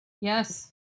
yes